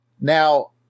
Now